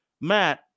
Matt